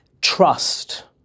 Trust